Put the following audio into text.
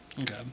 Okay